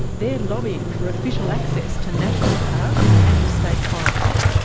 they're lobbying for official access to national parks and state forests.